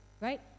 right